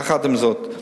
יחד עם זאת,